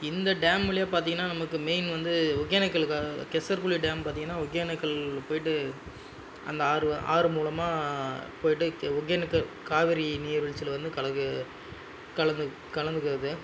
இந்த டேம்லேயே பார்த்திங்கனா நமக்கு மெயின் வந்து ஒகேனக்கல் கேசர்குளி டேம் பார்த்திங்கனா ஒகேனக்கல் போயிட்டு அந்த ஆறு ஆறு மூலமாக போயிட்டு ஒகேனக்கல் காவேரி நீர்வீழ்ச்சியில் வந்து கலக்கு கலக்கு கலங்குகிறது அது